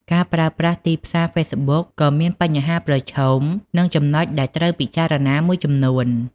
ការប្រើប្រាស់ទីផ្សារហ្វេសប៊ុកក៏មានបញ្ហាប្រឈមនិងចំណុចដែលត្រូវពិចារណាមួយចំនួនដែរ។